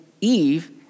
Eve